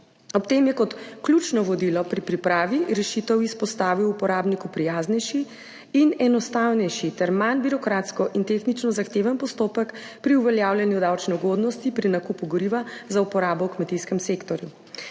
Ob tem je kot ključno vodilo pri pripravi rešitev izpostavil uporabniku prijaznejši in enostavnejši ter manj birokratsko in tehnično zahteven postopek pri uveljavljanju davčne ugodnosti pri nakupu goriva za uporabo v kmetijskem sektorju.